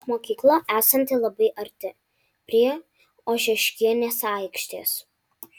mokykla esanti labai arti prie ožeškienės aikštės